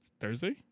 Thursday